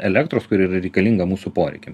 elektros kuri yra reikalinga mūsų poreikiam